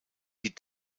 die